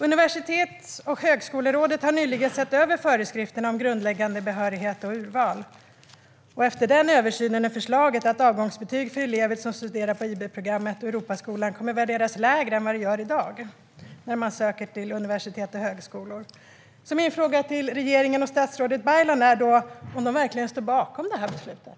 Universitets och högskolerådet har nyligen sett över föreskrifterna om grundläggande behörighet och urval. Efter den översynen är förslaget att avgångsbetyg för elever som studerar på IB-programmet och Europaskolan ska värderas lägre än i dag när man söker till universitet och högskolor. Står regeringen och statsrådet Ibrahim Baylan bakom beslutet?